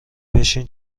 بشن